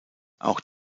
auch